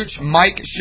Mike